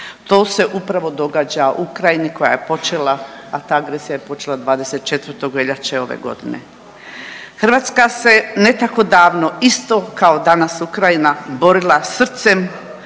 To se upravo događa Ukrajini koja je počela, a ta agresija je počela 24. veljače ove godine. Hrvatska se ne tako davno isto kao danas Ukrajina borila srcem